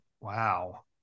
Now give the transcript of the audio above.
Wow